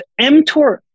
mTOR